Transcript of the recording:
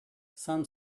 some